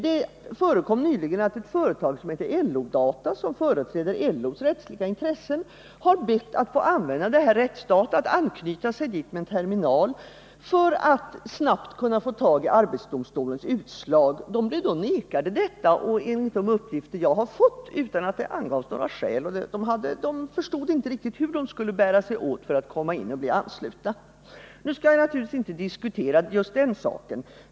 Det hände nyligen att ett företag som heter LO-Data, som företräder LO:s rättsliga intressen, bad att få använda RÄTTSDATA, ansluta sig till det med en terminal, för att snabbt kunna få tag i arbetsdomstolens utslag. Man blev vägrad detta — enligt de uppgifter jag har fått, utan att det angavs några skäl. Man förstod inte riktigt hur man skulle bära sig åt för att komma in och bli ansluten. Nu skall vi naturligtvis inte diskutera just den saken.